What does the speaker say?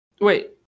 Wait